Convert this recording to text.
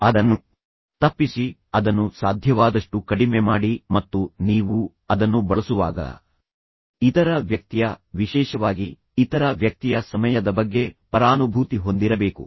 ಅದನ್ನು ತಪ್ಪಿಸಿ ಅದನ್ನು ಸಾಧ್ಯವಾದಷ್ಟು ಕಡಿಮೆ ಮಾಡಿ ಮತ್ತು ನೀವು ಅದನ್ನು ಬಳಸುವಾಗ ಇತರ ವ್ಯಕ್ತಿಯ ವಿಶೇಷವಾಗಿ ಇತರ ವ್ಯಕ್ತಿಯ ಸಮಯದ ಬಗ್ಗೆ ಪರಾನುಭೂತಿ ಹೊಂದಿರಬೇಕು